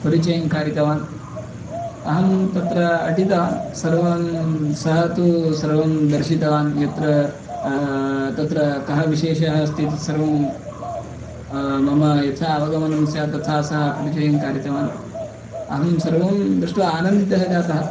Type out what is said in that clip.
परिचयं कारितवान् अहं तत्र अटितवान् सर्वं सः तु सर्वं दर्शितवान् यत्र तत्र कः विशेषः अस्ति तत् सर्वं मम यथा अवगमनं स्यात् तथा सः परिचयं कारितवान् अहं सर्वं दृष्ट्वा आनन्दितः जातः